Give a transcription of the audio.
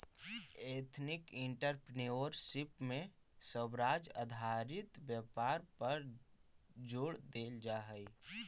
ethnic entrepreneurship में स्वरोजगार आधारित व्यापार पर जोड़ देल जा हई